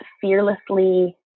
fearlessly